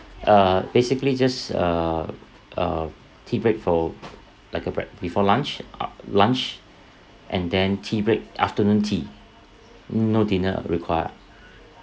err basically just uh uh tea break for like a break before lunch lunch and then tea break afternoon tea no dinner require